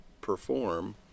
perform